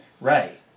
Right